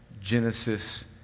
Genesis